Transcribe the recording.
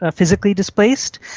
ah physically displaced,